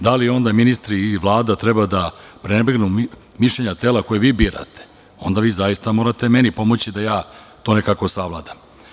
Da li onda ministri i Vlada treba da prenebregnu mišljenja tela koja vi birate, onda vi zaista morate meni pomoći da to nekako savladam.